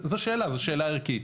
זו שאלה, זו שאלה ערכית.